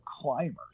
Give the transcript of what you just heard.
climbers